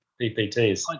PPTs